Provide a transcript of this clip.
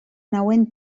nauen